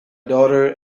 daughter